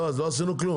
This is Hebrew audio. לא, אז לא עשינו כלום.